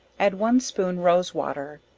add one spoon rose water,